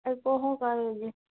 ଆରେ କହ ପାରିବି